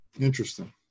Interesting